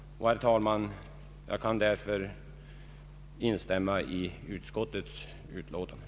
Herr talman! Jag kan därför instämma i utskottets utlåtande.